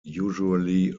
usually